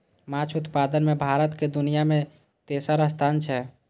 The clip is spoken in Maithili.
माछ उत्पादन मे भारत के दुनिया मे तेसर स्थान छै